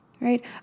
right